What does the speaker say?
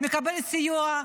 מקבל סיוע,